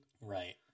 Right